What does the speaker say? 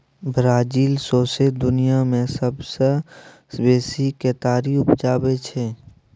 Brazil सौंसे दुनियाँ मे सबसँ बेसी केतारी उपजाबै छै